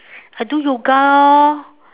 I do yoga lor